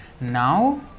Now